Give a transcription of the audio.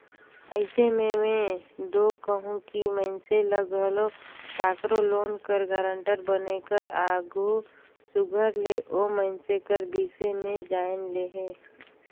अइसे में में दो कहूं कि मइनसे ल घलो काकरो लोन कर गारंटर बने कर आघु सुग्घर ले ओ मइनसे कर बिसे में जाएन लेहे